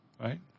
right